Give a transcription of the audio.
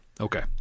Okay